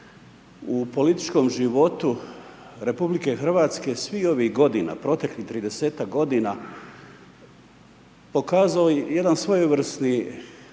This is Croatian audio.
u političkom životu RH, svih ovih godina, proteklih 30-tak godina, pokazalo jedan svojevrsni